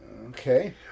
Okay